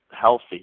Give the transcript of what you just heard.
healthy